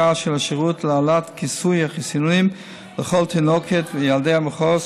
של השירות ולהעלאת כיסוי החיסונים לכל תינוקות וילדי המחוז,